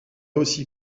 aussi